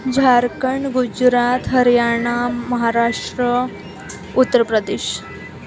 Jharkhand Gujarat Haryana Maharashtra Uttar Pradesh